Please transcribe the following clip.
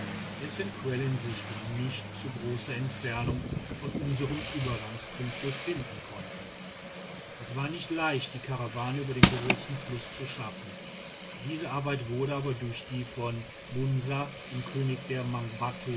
dessen quellen sich in nicht zu großer entfernung von unserm übergangspunkt befinden konnten es war nicht leicht die karawane über den großen fluß zu schaffen diese arbeit wurde aber durch die von munsa dem könig der